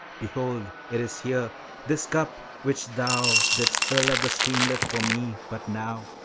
behold it is here this cup, which thou didst fill at the streamlet for me but now.